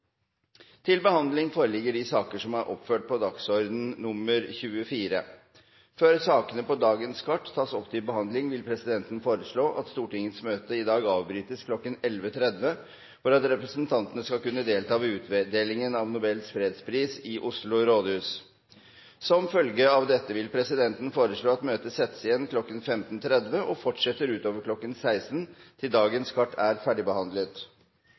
til behandling, vil presidenten foreslå at Stortingets møte i dag avbrytes kl. 11.30 for at representantene skal kunne delta ved utdelingen av Nobels fredspris i Oslo rådhus. Som en følge av dette vil presidenten foreslå at møtet settes igjen kl. 15.30 og fortsetter utover kl. 16.00 til dagens kart er ferdigbehandlet.